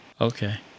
okay